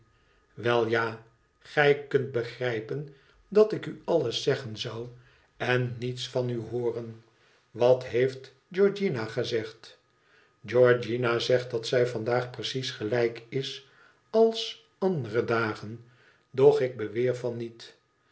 wel ja gij kunt begrijpen dat ik u alles zeggen zou en niets van u hooren wat heeft georgiana gezegd georgiana zegt dat zij vandaag precies gelijk is als andere dagen doch ik weer van niet